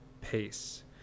pace